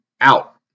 out